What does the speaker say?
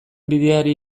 bideari